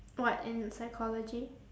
what in psychology